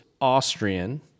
Austrian